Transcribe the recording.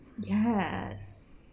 Yes